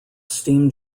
steam